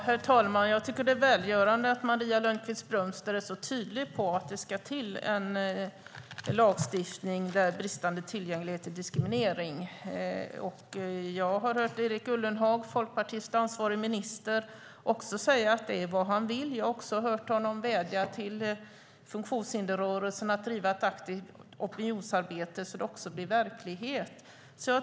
Herr talman! Det är välgörande att Maria Lundqvist-Brömster är så tydlig med att det ska till en lagstiftning om bristande tillgänglighet och diskriminering. Jag har också hört Erik Ullenhag, folkpartist och ansvarig minister, säga att det är vad man vill. Jag har också hört honom vädja till funktionshindersrörelsen att driva ett aktivt opinionsarbete så att det blir verklighet.